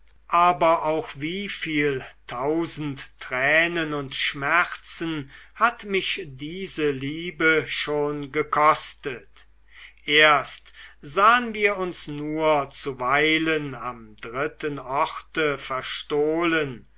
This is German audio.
aber auch wieviel tausend tränen und schmerzen hat mich diese liebe schon gekostet erst sahen wir uns nur zuweilen am dritten orte verstohlen